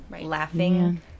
laughing